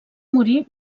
morir